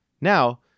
Now